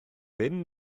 bum